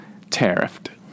tariffed